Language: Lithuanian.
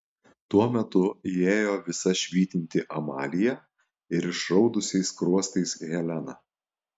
tuo metu įėjo visa švytinti amalija ir išraudusiais skruostais helena